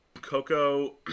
Coco